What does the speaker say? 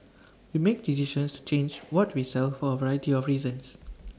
we make decisions to change what we sell for A variety of reasons